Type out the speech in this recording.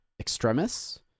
Extremis